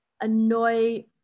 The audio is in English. annoy